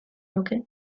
luke